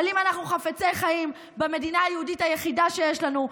אבל אם אנחנו חפצי חיים במדינה היהודית היחידה שיש לנו,